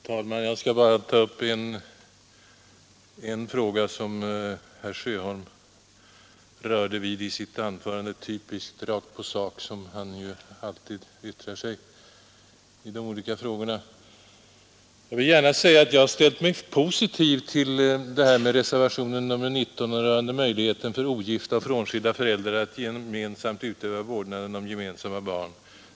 Herr talman! Jag skall bara ta upp en fråga som herr Sjöholm berörde i sitt anförande — typiskt rakt på sak som han alltid yttrar sig i de olika frågorna. Jag vill gärna säga att jag har ställt mig positiv till reservationen 19 rörande möjligheten för ogifta och frånskilda föräldrar att gemensamt få utöva den rättsliga vårdnaden om gemensamma barn.